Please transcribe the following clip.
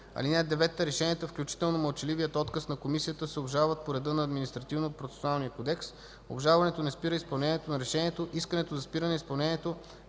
(9) Решенията, включително мълчаливият отказ на комисията, се обжалват по реда на Административнопроцесуалния кодекс. Обжалването не спира изпълнението на решението. Искането за спиране изпълнението